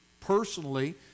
personally